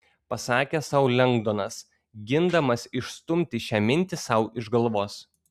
pasakė sau lengdonas gindamas išstumti šią mintį sau iš galvos